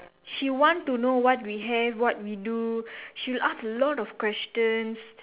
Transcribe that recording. she want to know what we have what to do she'll ask a lot of questions